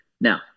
Now